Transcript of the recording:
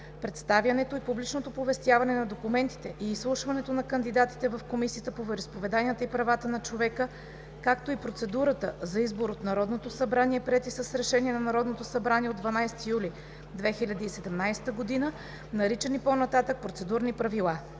представянето и публичното оповестяване на документите и изслушването на кандидатите в Комисията по вероизповеданията и правата на човека, както и процедурата за избор от Народното събрание, приети с Решение на Народното събрание от 12 юли 2017 г., наричани по-нататък „Процедурни правила“.